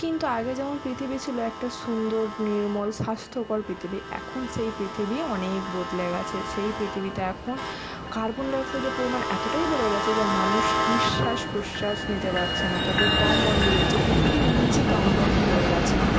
কিন্তু আগে যেমন পৃথিবী ছিলো একটা সুন্দর নির্মল স্বাস্থ্যকর পৃথিবী এখন সেই পৃথিবী অনেক বদলে গেছে সেই পৃথিবীতে এখন কার্বন ডাই অক্সাইডের পরিমাণ এতোটাই বেড়ে গেছে যে মানুষ নিঃশ্বাস প্রশ্বাস নিতে পারছে না তাদের দম বন্ধ হয়ে যাচ্ছে পৃথিবী নিজে দম বন্ধ হয়ে গেছে